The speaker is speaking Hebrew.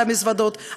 על המזוודות,